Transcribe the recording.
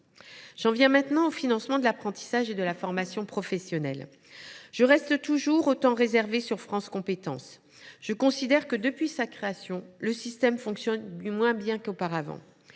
J’en viens maintenant au financement de l’apprentissage et de la formation professionnelle. Je reste toujours aussi réservée sur France Compétences. Je considère que, depuis sa création, le système fonctionne moins bien qu’auparavant.